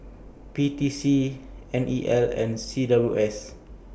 P T C N E L and C W S